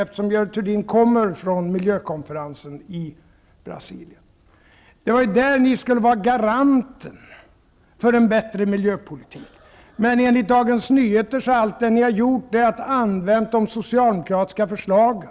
Görel Thurdin kommer från miljökonferensen i Brasilien. Det var ju där som ni skulle vara garanten för en bättre miljöpolitik. Men enligt Dagens Nyheter har ni endast använt de socialdemokratiska förslagen.